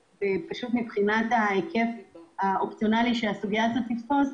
מבחינת ההיקף הפוטנציאלי שהסוגיות האלה יכולות לתפוס,